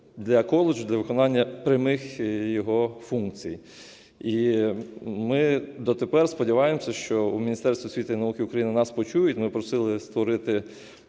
для коледжу, для виконання прямих його функцій. І ми дотепер сподіваємося, що в Міністерстві освіти і науки України нас почують. Ми просили створити